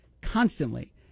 constantly